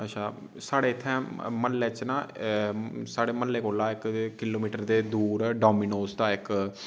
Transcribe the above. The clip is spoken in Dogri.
अच्छा साढ़े इत्थें म्हल्ले च न साढ़े म्हल्ले कोला इक किलोमीटर दे दूर डोमिनोस दा इक